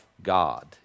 god